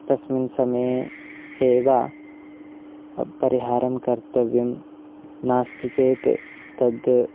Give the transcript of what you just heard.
तस्मिन् समये एव परिहारं कर्तव्यं नास्ति चेत् तद्